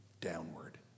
downward